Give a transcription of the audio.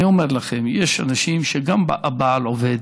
אני אומר לכם: יש אנשים, גם הבעל עובד,